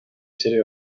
city